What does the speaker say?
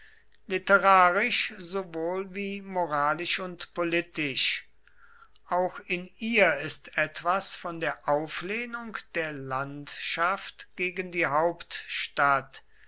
literarisch sowohl wie moralisch und politisch auch in ihr ist etwas von der auflehnung der landschaft gegen die hauptstadt